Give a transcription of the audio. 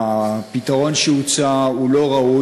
הפתרון שהוצע הוא לא ראוי.